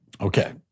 Okay